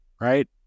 right